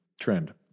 trend